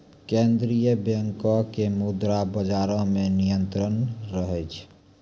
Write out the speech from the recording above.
केन्द्रीय बैंको के मुद्रा बजारो मे नियंत्रण रहै छै